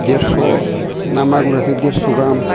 देरस' ना मागुराथ' देरस' गाहाम